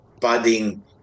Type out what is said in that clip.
budding